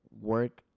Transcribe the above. work